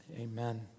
amen